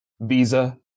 Visa